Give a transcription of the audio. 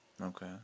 Okay